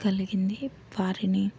కలిగింది వారిని